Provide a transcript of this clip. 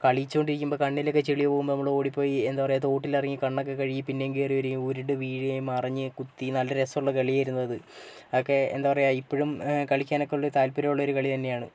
കളിച്ചു കൊണ്ടിരിക്കുമ്പോൾ കണ്ണിലൊക്കെ ചെളി പോകുമ്പോൾ നമ്മൾ ഓടിപ്പോയി എന്താണ് പറയുക തോട്ടിലിറങ്ങി കണ്ണൊക്കെ കഴുകി പിന്നെയും കയറി വരികയും ഉരുണ്ട് വീഴുകയും മറിഞ്ഞ് കുത്തി നല്ല രസമുള്ള കളിയായിരുന്നു അത് അതൊക്കെ എന്താണ് പറയുക ഇപ്പോഴും കളിക്കാൻ ഒക്കെ ഉള്ള ഒരു താൽപര്യമുള്ള ഒരു കളി തന്നെയാണ്